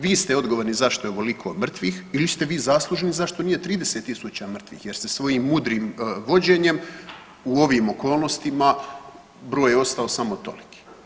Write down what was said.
Vi ste odgovorni zašto je ovoliko mrtvih ili ste vi zaslužni zašto nije 30.000 mrtvih jer ste svojim mudrim vođenjem u ovim okolnostima broj je ostao samo toliki.